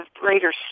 greater